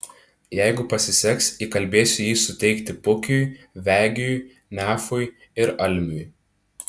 jeigu pasiseks įkalbėsiu jį suteikti pukiui vegiui nefui ir almiui